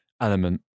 element